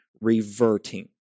reverting